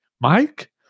mike